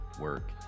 work